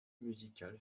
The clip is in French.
musical